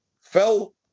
fell